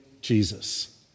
Jesus